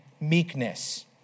meekness